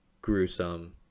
gruesome